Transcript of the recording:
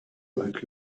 like